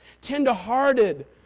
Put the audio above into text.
Tender-hearted